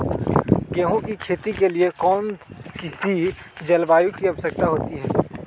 गेंहू की खेती के लिए कौन सी जलवायु की आवश्यकता होती है?